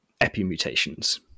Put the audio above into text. epimutations